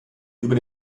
über